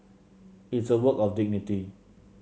it's a work of dignity